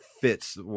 fits